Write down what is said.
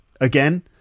again